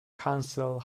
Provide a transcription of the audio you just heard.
council